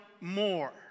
more